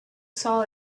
saw